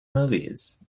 movies